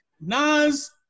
Nas